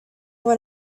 what